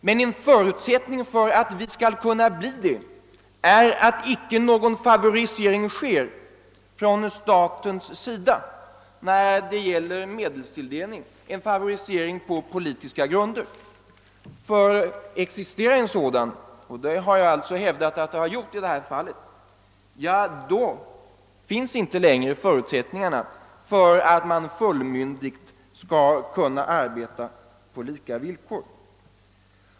Men en förutsättning härför är att det icke sker någon favorisering från statens sida vad beträffar medelstilldelningen, en favorisering på politiska grunder. Existerar en sådan — och det har jag alltså hävdat att det gör i det här fallet — så finns inte längre förutsättningarna för att organisationerna fullmyndigt skall kunna arbeta på lika villkor.